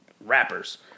rappers